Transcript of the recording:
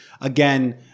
Again